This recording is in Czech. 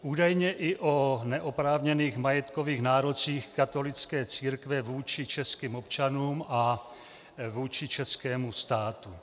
Údajně i o neoprávněných majetkových nárocích katolické církve vůči českým občanům a vůči českému státu.